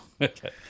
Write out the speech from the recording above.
Okay